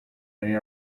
they